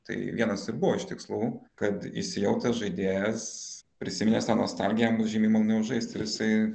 tai vienas ir buvo iš tikslų kad įsijautęs žaidėjas prisiminęs tą nostalgiją jam bus žymiai maloniau žaist ir jisai